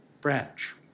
branch